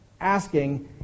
asking